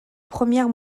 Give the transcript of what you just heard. première